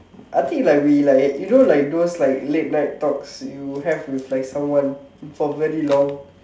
I think like we like you know like those like late night talks you have with like someone for very long